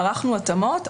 ערכנו התאמות.